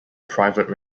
private